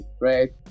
right